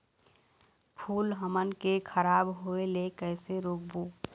फूल हमन के खराब होए ले कैसे रोकबो?